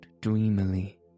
dreamily